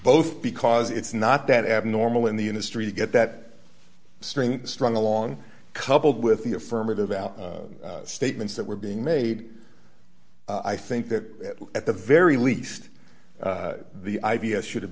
both because it's not that abnormal in the industry to get that string strung along coupled with the affirmative out statements that were being made i think that at the very least the i v s should